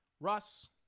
Russ